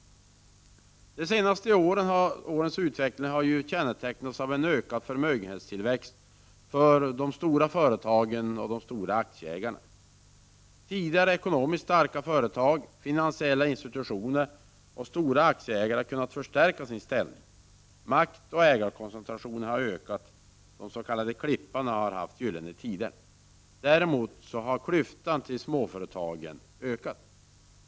De senaste årens utveckling har kännetecknats av en ökad förmögenhetstillväxt för de stora företagen och de stora aktieägarna. Tidigare ekonomiskt starka företag, finansiella institutioner och stora aktieägare har kunnat förstärka sin ställning. Maktoch ägarkoncentrationen har ökat. De s.k. klipparna har haft gyllene tider. Däremot har klyftan till småföretagen ökat.